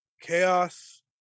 Chaos